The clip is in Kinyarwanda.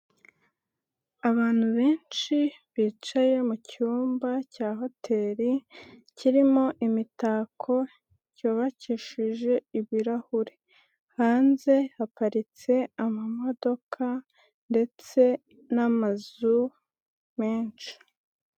Abantu benshi bicaye mu icyumba cya hoteri kirimo imitako cy'ubakishije ibirahure ibirahuri, hanze haparitse amamodoka ndetse n'amazu menshi.